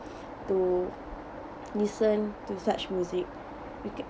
to listen to such music you can